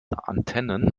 antennen